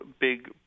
big